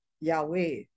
Yahweh